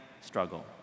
struggle